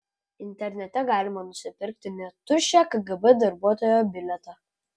internete galima nusipirkti net tuščią kgb darbuotojo bilietą